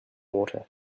water